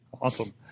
Awesome